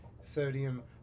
sodium